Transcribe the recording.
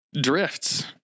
drifts